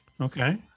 okay